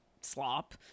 slop